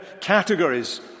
categories